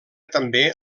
també